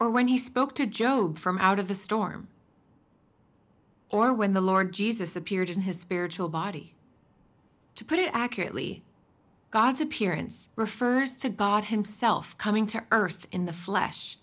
or when he spoke to job from out of the storm or when the lord jesus appeared in his spiritual body to put it accurately god's appearance refers to god himself coming to earth in the flesh